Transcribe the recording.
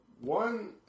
one